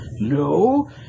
no